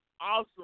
awesome